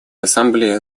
ассамблея